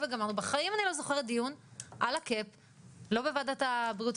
הם יבואו לוועדת בריאות,